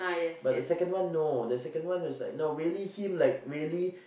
but the second one no the second one was like no really him like really